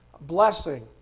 blessing